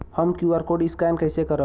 हम QR code scan कइसे करब?